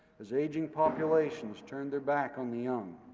as aging populations turned their back on the young.